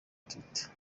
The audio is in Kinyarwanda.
twitter